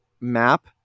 map